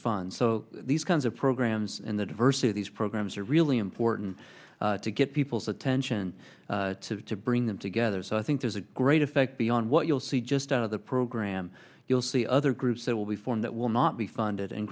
funds so these kinds of programs and the diversity of these programs are really important to get people's attention to bring them together so i think there's a great effect beyond what you'll see just out of the program you'll see other groups that will be formed that will not be funded and